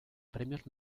premios